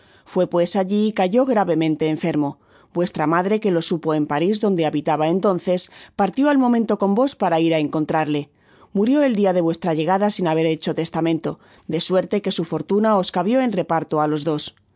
fue pues alli y cayó gravemente eufermo vuestra madre que lo supo en paris donde habitaba entonces partió al momento con vos para ir á encontrarle murió el dia de vuestra llegada sin haber hecho testamento de suerte que su fortuna os cabio en reparto á los dos